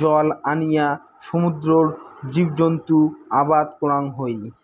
জল আনিয়া সমুদ্রর জীবজন্তু আবাদ করাং হই